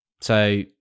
So-